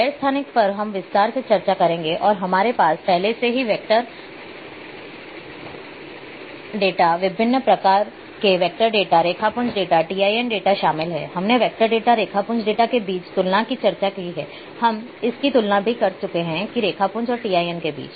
गैर स्थानिक पर हम विस्तार से चर्चा करेंगे और हमारे पास पहले से ही वेक्टर डेटा विभिन्न प्रकार के वेक्टर डेटा रेखापुंज डेटा टीआईएन डेटा शामिल हैं हमने वेक्टर डेटा रेखापुंज डेटा के बीच तुलना की चर्चा की है हम इसकी तुलना भी कर चुके हैं रेखापुंज और TIN के बीच